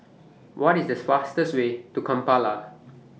What IS The fastest Way to Kampala